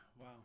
Wow